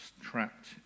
trapped